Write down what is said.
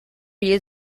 you